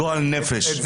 גועל נפש.